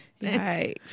right